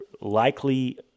likely